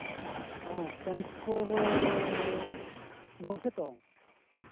ᱦᱮᱸ ᱴᱟᱱᱥᱯᱳᱨᱳ ᱜᱚᱝᱠᱮ ᱛᱚ